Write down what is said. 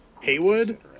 Haywood